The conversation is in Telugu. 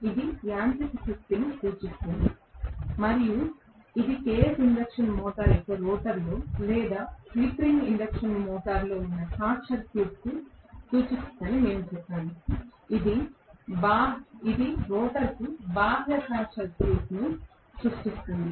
ఇది యాంత్రిక శక్తిని సూచిస్తుంది మరియు ఇది కేజ్ ఇండక్షన్ మోటర్ యొక్క రోటర్లో లేదా స్లిప్ రింగ్ ఇండక్షన్ మోటారులో ఉన్న షార్ట్ సర్క్యూట్ను సూచిస్తుందని మేము చెప్పాము ఇది రోటర్కు బాహ్య షార్ట్ సర్క్యూట్ను సృష్టిస్తుంది